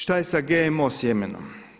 Šta je sa GMO sjemenom?